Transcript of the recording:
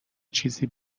چیزی